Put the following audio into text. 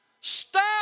Stop